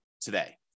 today